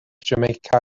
jamaica